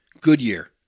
Goodyear